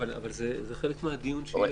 אבל זה חלק מהדיון שיהיה.